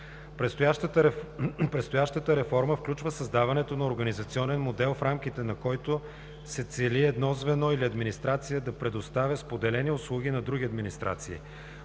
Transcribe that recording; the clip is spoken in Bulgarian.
Предстоящата реформата включва създаването на организационен модел, в рамките на който се цели едно звено или администрация да предоставя споделени услуги на други администрации.